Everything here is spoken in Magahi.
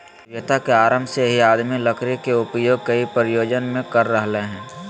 सभ्यता के आरम्भ से ही आदमी लकड़ी के उपयोग कई प्रयोजन मे कर रहल हई